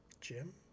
Jim